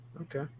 Okay